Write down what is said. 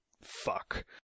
fuck